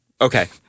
Okay